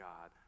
God